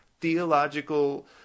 theological